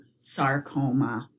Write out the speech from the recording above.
sarcoma